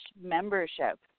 membership